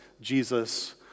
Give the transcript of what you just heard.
Jesus